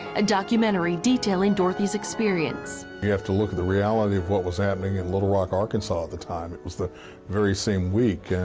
a documentary detailing dorothy's experience. you have to look at the reality of what was happening in little rock, arkansas at the time. it was the very same week.